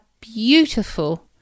beautiful